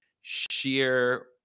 sheer